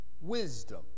wisdom